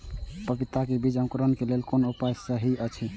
पपीता के बीज के अंकुरन क लेल कोन उपाय सहि अछि?